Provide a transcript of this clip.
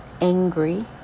angry